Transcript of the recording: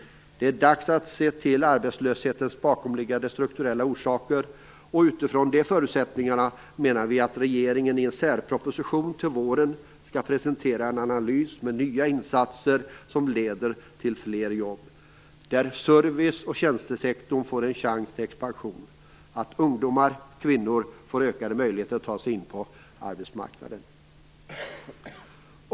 Det är dags att se till arbetslöshetens bakomliggande strukturella orsaker. Utifrån de förutsättningarna menar vi att regeringen i en särproposition till våren skall presentera en analys och nya insatser som leder till fler jobb, där service och tjänstesektorn får en chans till expansion, där ungdomar och kvinnor får ökade möjligheter att ta sig in på arbetsmarknaden.